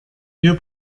wir